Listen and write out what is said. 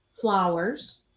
flowers